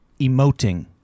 Emoting